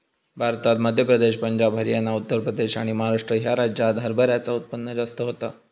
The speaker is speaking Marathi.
भारतात मध्य प्रदेश, पंजाब, हरयाना, उत्तर प्रदेश आणि महाराष्ट्र ह्या राज्यांत हरभऱ्याचा उत्पन्न जास्त होता